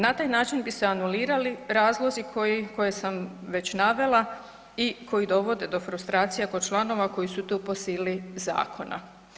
Na taj način bi se anulirali razlozi koje sam već navela i koji dovode do frustracija kod članova koji su tu po sili zakona.